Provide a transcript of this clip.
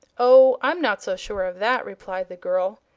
oh, i'm not so sure of that, replied the girl.